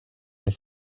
nel